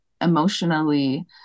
emotionally